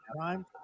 Time